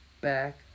back